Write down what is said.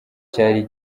cyari